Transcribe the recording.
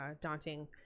Daunting